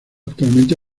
actualmente